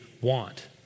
want